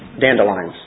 Dandelions